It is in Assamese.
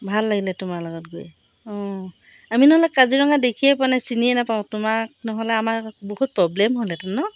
ভাল লাগিলে তোমাৰ লগত গৈ অঁ আমি নহ'লে কাজিৰঙা দেখিয়ে পোৱা নাই চিনিয়ে নাপাওঁ তোমাক নহ'লে আমাৰ বহুত প্ৰব্লেম হ'লহেঁতেন ন